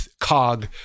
cog